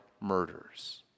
murders